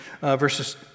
verses